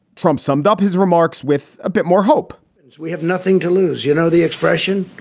trump summed up his remarks with a bit more hope we have nothing to lose. you know the expression,